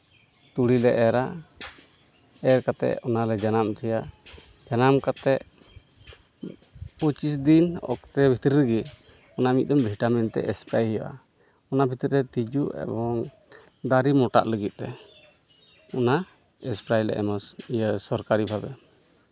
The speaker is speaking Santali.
ᱛᱩᱲᱤᱞᱮ ᱮᱨᱼᱟ ᱮᱨ ᱠᱟᱛᱮᱫ ᱚᱱᱟᱞᱮ ᱡᱟᱱᱟᱢ ᱦᱚᱪᱚᱭᱟ ᱡᱟᱱᱟᱢ ᱠᱟᱛᱮᱫ ᱯᱚᱸᱪᱤᱥ ᱫᱤᱱ ᱚᱠᱛᱮ ᱵᱷᱤᱛᱨᱤ ᱨᱮᱜᱮ ᱚᱱᱟ ᱢᱤᱫᱴᱮᱱ ᱵᱷᱤᱴᱟᱢᱤᱱ ᱛᱮ ᱥᱯᱨᱮᱹ ᱦᱩᱭᱩᱜᱼᱟ ᱚᱱᱟ ᱵᱷᱤᱛᱨᱤ ᱨᱮ ᱛᱤᱡᱩ ᱮᱵᱚᱝ ᱫᱟᱨᱮ ᱢᱚᱴᱟᱜ ᱞᱟᱹᱜᱤᱫ ᱛᱮ ᱚᱱᱟ ᱥᱯᱨᱮᱹ ᱞᱮ ᱮᱢᱟ ᱤᱭᱟᱹ ᱥᱚᱨᱠᱟᱨᱤ ᱵᱷᱟᱵᱮ